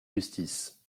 justice